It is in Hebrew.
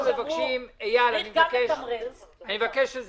אנחנו מבקשים שאת חצי המיליארד שקל אתם תביאו לפה,